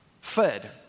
fed